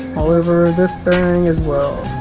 all over this bearing as well